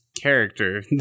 character